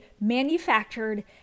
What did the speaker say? manufactured